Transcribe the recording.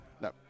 No